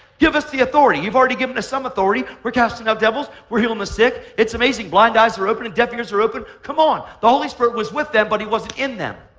give us the authority. you've already given us some authority, we're casting out devils. we're healing the sick. it's amazing, blind eyes are open, and deaf ears are open. come on. the holy spirit was with them, but he wasn't in them.